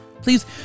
Please